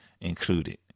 included